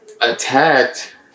attacked